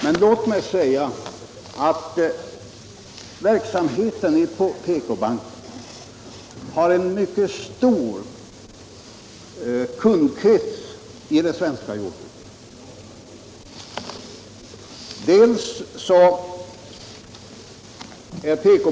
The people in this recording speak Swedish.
Men låt mig säga att PK-banken har en mycket stor kundkrets i det svenska jordbruket.